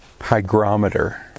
Hygrometer